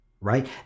right